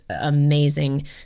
amazing